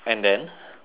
explain